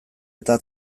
eta